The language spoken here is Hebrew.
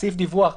בסעיף דיווח,